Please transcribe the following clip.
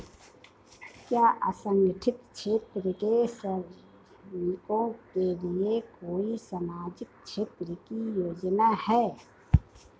क्या असंगठित क्षेत्र के श्रमिकों के लिए कोई सामाजिक क्षेत्र की योजना है?